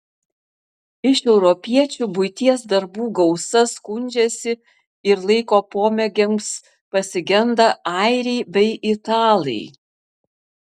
iš europiečių buities darbų gausa skundžiasi ir laiko pomėgiams pasigenda airiai bei italai